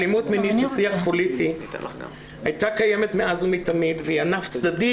אלימות מינית בשיח פוליטי הייתה קיימת מאז ומתמיד והיא ענף צדדי